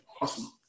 awesome